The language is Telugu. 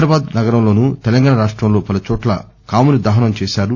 హైదరాబాద్ నగరంలోను తెలంగాణ రాష్టంలో పల చోట్ల కాముని దహనం చేశారు